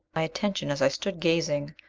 my attention, as i stood gazing,